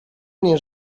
mnie